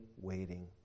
waiting